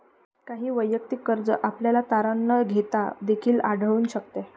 काही वैयक्तिक कर्ज आपल्याला तारण न घेता देखील आढळून शकते